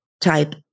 type